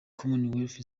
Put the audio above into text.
commonwealth